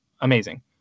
Amazing